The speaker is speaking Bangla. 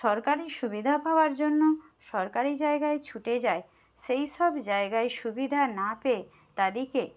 সরকারি সুবিধা পাওয়ার জন্য সরকারি জায়গায় ছুটে যায় সেই সব জায়গায় সুবিধা না পেয়ে তাদেরকে